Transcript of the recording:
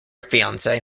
fiancee